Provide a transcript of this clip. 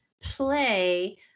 play